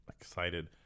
excited